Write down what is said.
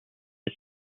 his